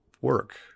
work